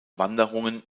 wanderungen